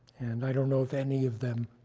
and i don't know if any of them